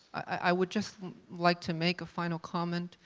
i would just like to make a final comment.